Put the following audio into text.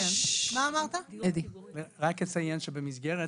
שנאמר --- במסגרת